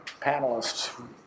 panelists